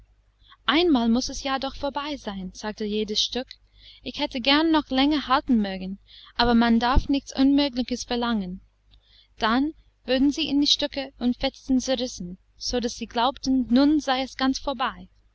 einmal muß es ja doch vorbei sein sagte jedes stück ich hätte gern noch länger halten mögen aber man darf nichts unmögliches verlangen dann wurden sie in stücke und fetzen zerrissen sodaß sie glaubten nun sei es ganz vorbei